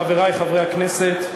חברי חברי הכנסת,